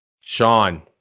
Sean